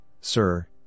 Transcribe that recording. sir